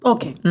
Okay